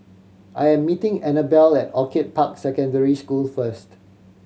I am meeting Annabel at Orchid Park Secondary School first